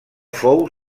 fou